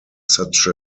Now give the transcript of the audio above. such